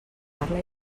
carla